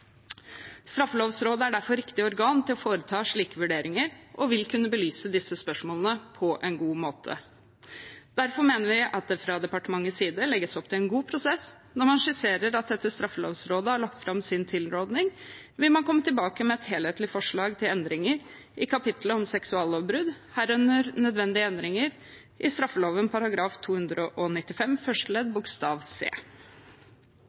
er derfor riktig organ til å foreta slike vurderinger, og vil kunne belyse disse spørsmålene på en god måte. Derfor mener vi at det fra departementets side legges opp til en god prosess når man skisserer at etter at Straffelovrådet har lagt fram sin tilrådning, vil man komme tilbake med et helhetlig forslag til endringer i kapittelet om seksuallovbrudd, herunder nødvendige endringer i straffeloven § 295 første ledd bokstav c.